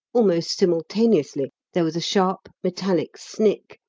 almost simultaneously there was a sharp metallic snick,